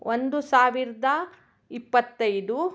ಒಂದು ಸಾವಿರದ ಇಪ್ಪತ್ತೈದು